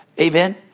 Amen